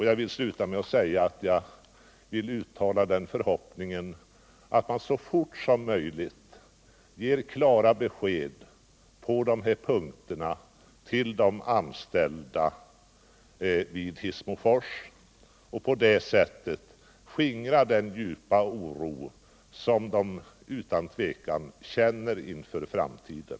Jag vill sluta med att uttala den förhoppningen, att man så fort som möjligt ger klara besked på de här punkterna til de anställda vid fabriken i Hissmofors och på det sättet skingrar den djupa oro som de utan tvivel känner inför framtiden.